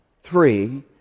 three